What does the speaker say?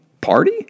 party